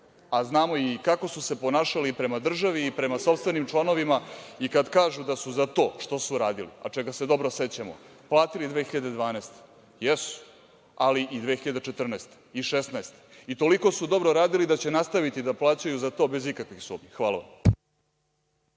a znamo i kako su se ponašali i prema državi i prema sopstvenim članovima. I kad kažu da su za to što su radili, a čega se dobro sećamo, platili 2012. godine, jesu. Ali, i 2014. i 2016. godine. I toliko su dobro radili da će nastaviti da plaćaju za to, bez ikakve sumnje. Hvala vam.